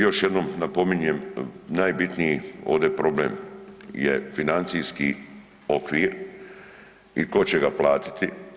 Još jednom napominjem, najbitniji ovdje problem je financijski okvir i ko će ga platiti.